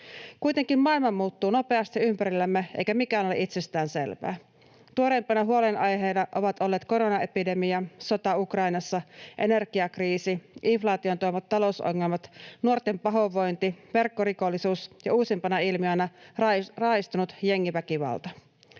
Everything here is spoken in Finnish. Kuitenkin maailma muuttuu nopeasti ympärillämme, eikä mikään ole itsestäänselvää. Tuoreimpina huolenaiheina ovat olleet koronaepidemia, sota Ukrainassa, energiakriisi, inflaation tuomat talousongelmat, nuorten pahoinvointi, verkkorikollisuus ja uusimpana ilmiönä raaistunut jengiväkivalta.